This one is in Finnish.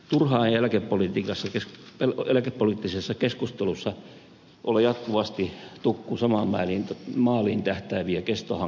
turhaa ei eläkepoliittisessa keskustelussa ole jatkuvasti tukku samaan maaliin tähtääviä kestohankkeita